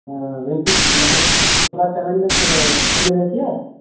weekly مطلب پورا seven days کھلی رہتی ہے